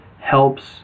helps